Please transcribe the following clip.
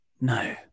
No